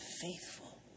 faithful